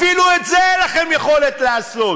אפילו את זה אין לכם יכולת לעשות.